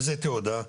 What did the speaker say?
איזה תעודה?